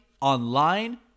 online